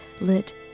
lit